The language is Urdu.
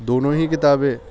دونوں ہی کتابیں